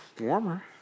Warmer